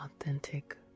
authentic